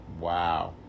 wow